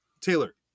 taylor